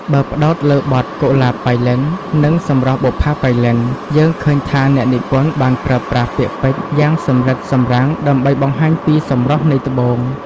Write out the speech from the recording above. បើផ្ដោតលើបទ កុលាបប៉ៃលិន និង សម្រស់បុប្ផាប៉ៃលិន យើងឃើញថាអ្នកនិពន្ធបានប្រើប្រាស់ពាក្យពេចន៍យ៉ាងសម្រិតសម្រាំងដើម្បីបង្ហាញពីសម្រស់នៃត្បូង។